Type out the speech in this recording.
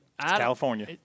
California